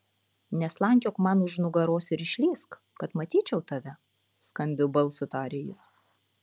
neslankiok man už nugaros ir išlįsk kad matyčiau tave skambiu balsu tarė jis